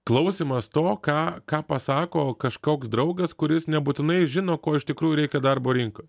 klausymas to ką ką pasako kažkoks draugas kuris nebūtinai žino ko iš tikrųjų reikia darbo rinkoj